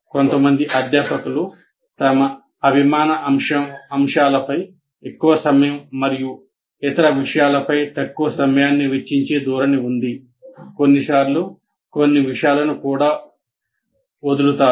కొంతమంది అధ్యాపకులు తమ అభిమాన అంశాలపై ఎక్కువ సమయం మరియు ఇతర విషయాలపై తక్కువ సమయాన్ని వెచ్చించే ధోరణి ఉంది కొన్నిసార్లు కొన్ని విషయాలను కూడా వదులుతారు